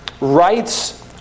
rights